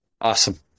Awesome